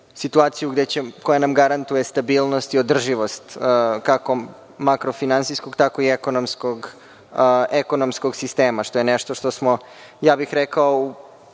situaciju koja nam garantuje stabilnost i održivost, kako makrofinansijskog, tako i ekonomskog sistema, što je nešto što smo prethodnih